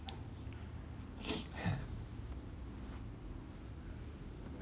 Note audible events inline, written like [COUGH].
[NOISE] [LAUGHS]